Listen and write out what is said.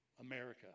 America